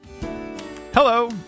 Hello